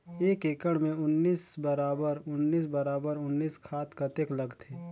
एक एकड़ मे उन्नीस बराबर उन्नीस बराबर उन्नीस खाद कतेक लगथे?